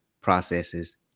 processes